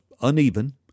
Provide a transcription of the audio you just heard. uneven